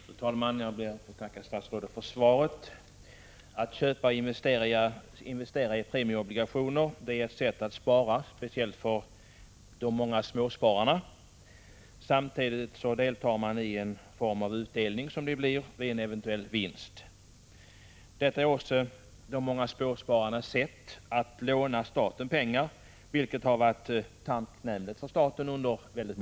Fru talman! Jag ber att få tacka statsrådet för svaret. Att köpa och investera i premieobligationer är ett sätt att spara, speciellt för de många småspararna. Samtidigt deltar man i en form av utdelning, som blir av vid en eventuell vinst. Detta är också de många småspararnas sätt att låna staten pengar, vilket under väldigt många år har varit tacknämligt för staten.